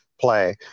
play